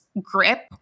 grip